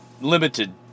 limited